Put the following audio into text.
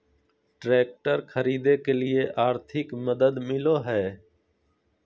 Tractor खरीदे के लिए आर्थिक मदद मिलो है?